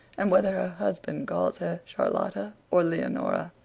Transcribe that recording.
and whether her husband calls her charlotta or leonora.